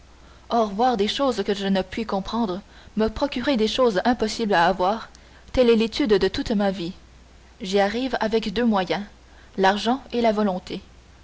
or voir des choses que je ne puis comprendre me procurer des choses impossibles à avoir telle est l'étude de toute ma vie j'y arrive avec deux moyens l'argent et la volonté